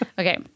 Okay